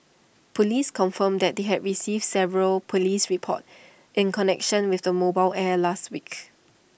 Police confirmed that they had received several Police reports in connection with the mobile air last week